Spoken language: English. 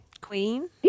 Queen